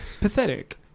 Pathetic